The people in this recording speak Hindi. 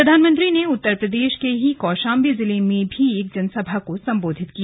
प्रधानमंत्री ने उत्तरप्रदेश के ही कोशांबी जिले में भी एक जनसभा को संबोधित किया